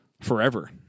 forever